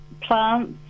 plants